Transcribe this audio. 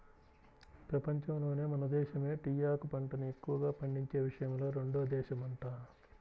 పెపంచంలోనే మన దేశమే టీయాకు పంటని ఎక్కువగా పండించే విషయంలో రెండో దేశమంట